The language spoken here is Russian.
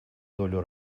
долю